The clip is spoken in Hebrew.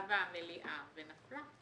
שהוצבעה במליאה ונפלה.